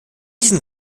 diesen